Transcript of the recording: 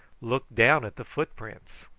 look down at the footprints.